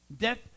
Death